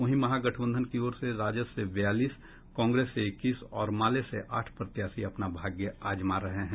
वहीं महागठबंधन की ओर से राजद से बयालीस कांग्रेस से इक्कीस और माले से आठ प्रत्याशी अपना भाग्य आजमा रहे हैं